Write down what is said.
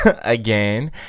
again